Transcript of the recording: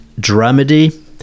dramedy